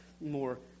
more